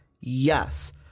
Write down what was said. Yes